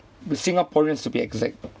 the singaporeans to be exact